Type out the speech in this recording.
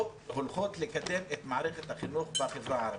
מקדמות את מערכת החינוך בחברה הערבית.